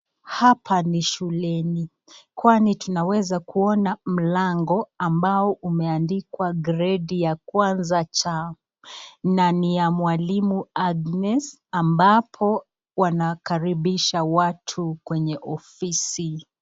Hapa ni shuleni. kwani tunaweza kuona mlango ambao umeandikwa gredi ya kwanza cha na ni ya mwalimu Agnes ambapo wanakaribisha watu kwenye ofisi.